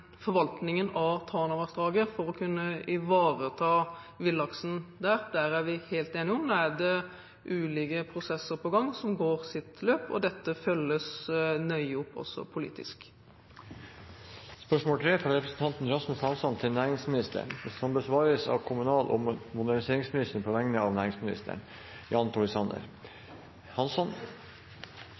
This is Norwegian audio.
forvaltningen av Tanavassdraget for å kunne ivareta villaksen der, er vi helt enige om. Nå er det ulike prosesser på gang som går sitt løp, og dette følges nøye opp også politisk. Dette spørsmålet, fra representanten Rasmus Hansson til næringsministeren, vil bli besvart av kommunal- og moderniseringsministeren på vegne av næringsministeren.